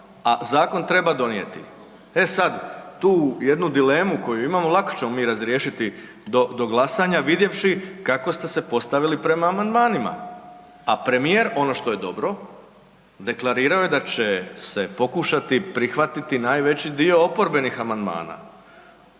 a zakon treba donijeti. E sad, tu jednu dilemu koju imamo, lako ćemo mi razriješiti do glasanja vidjevši kako ste se postavili prema amandmanima a premijer, ono što je dobro, deklarirao je da će se pokušati prihvatiti najveći dio oporbenih amandmana.